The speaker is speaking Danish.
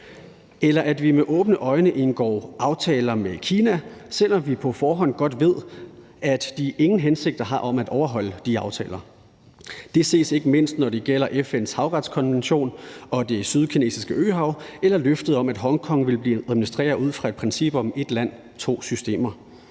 eller at vi med åbne øjne indgår aftaler med Kina, selv om vi på forhånd godt ved, at de ingen hensigter har om at overholde de aftaler. Det ses ikke mindst, når det gælder FN's havretskonvention og Det Sydkinesiske Øhav eller løftet om, at Hongkong ville blive administreret ud fra princippet om »et land, to systemer«.